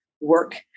work